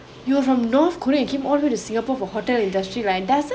you were from north korea you came all the way to singapore for hotel industry line doesn't